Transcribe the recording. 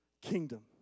kingdom